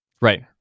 Right